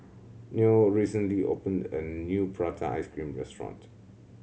Noe recently opened a new prata ice cream restaurant